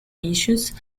issues